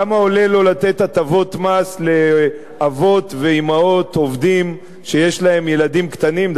כמה עולה לו לתת הטבות מס לאבות ואמהות עובדים שיש להם ילדים קטנים,